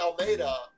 Almeida